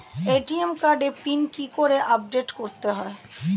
ATM কার্ডের pin কি করে আপডেট করতে হয়?